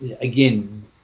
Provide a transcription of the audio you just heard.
again